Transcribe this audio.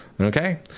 Okay